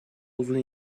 uzun